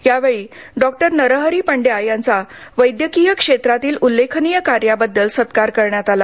यावेळी डॉक्टर नरहरी पंड्या यांचा वैद्यकीय क्षेत्रातील उल्लेखनीय कार्याबद्दल सत्कार करण्यात आला